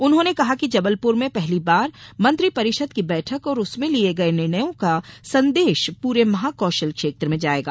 उन्होंने कहा कि जबलपुर में पहली बार मंत्रि परिषद की बैठक और उसमें लिये गये निर्णयों का संदेश पूरे महाकौशल क्षेत्र में जायेगा